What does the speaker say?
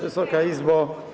Wysoka Izbo!